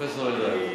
פרופסור אלדד,